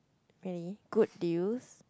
really good deals